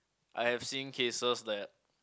I have seen cases that